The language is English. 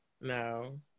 No